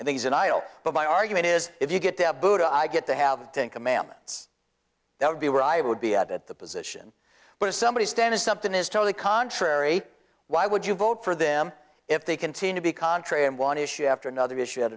he's an idol but my argument is if you get to have buddha i get to have think i'm ailments that would be where i would be at at the position but if somebody stands something is totally contrary why would you vote for them if they continue to be contrary and one issue after another issue a